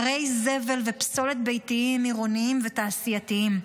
של הררי זבל ופסולת ביתיים עירוניים ותעשייתיים.